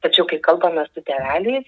tačiau kai kalbame su tėveliais